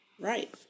Right